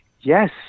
Yes